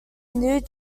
new